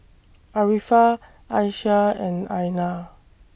Arifa Aisyah and Aina